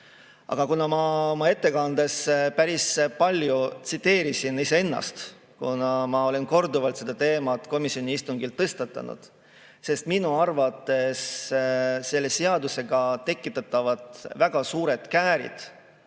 Aga kuna ma oma ettekandes päris palju tsiteerisin iseennast, sest ma olen korduvalt selle teema komisjoni istungil tõstatanud, siis ütlen, et minu arvates selle seadusega tekitatavad väga suured käärid